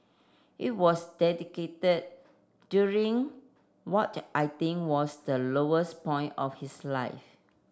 it was dedicated during what I think was the lowest point of his life